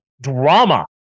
drama